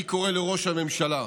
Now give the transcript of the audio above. אני קורא לראש הממשלה: